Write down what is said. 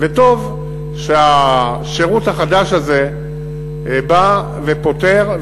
וטוב שהשירות החדש הזה בא ופותר,